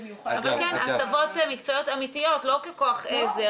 כן, הסבות מקצועיות אמיתיות לא ככוח עזר.